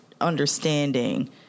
understanding